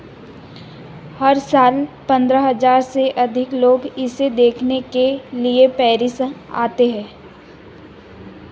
हर साल पन्द्रह हज़ार से अधिक लोग इसे देखने के लिए पेरिश आते हैं